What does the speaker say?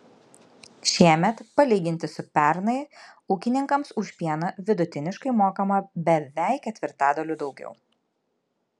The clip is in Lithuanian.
šiemet palyginti su pernai ūkininkams už pieną vidutiniškai mokama beveik ketvirtadaliu daugiau